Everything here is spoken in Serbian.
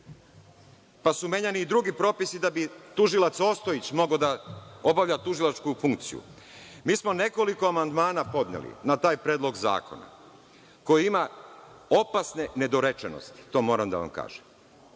pa su menjani i drugi propisi da bi tužilac Ostojić mogao da obavlja tužilačku funkciju. Mi smo nekoliko amandmana podneli na taj predlog zakona koji ima opasne nedorečenosti, to moram da vam kažem,